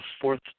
fourth